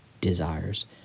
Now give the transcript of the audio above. desires